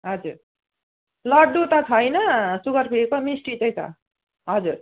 हजुर लड्डु त छैन सुगर फ्रीको मिस्टी चाहिँ छ हजुर